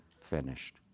finished